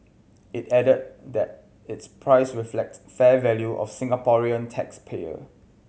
it added that its price reflects fair value for the Singaporean tax payer